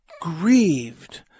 grieved